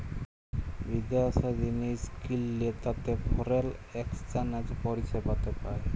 বিদ্যাশি জিলিস কিললে তাতে ফরেল একসচ্যানেজ পরিসেবাতে পায়